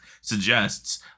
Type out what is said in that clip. suggests